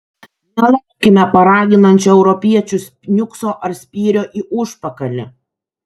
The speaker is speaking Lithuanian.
nelaukime paraginančio europiečių niukso ar spyrio į užpakalį